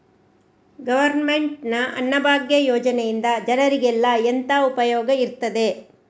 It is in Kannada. ಗವರ್ನಮೆಂಟ್ ನ ಅನ್ನಭಾಗ್ಯ ಯೋಜನೆಯಿಂದ ಜನರಿಗೆಲ್ಲ ಎಂತ ಉಪಯೋಗ ಇರ್ತದೆ?